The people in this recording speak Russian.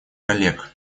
коллег